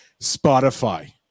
spotify